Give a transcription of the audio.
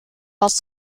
was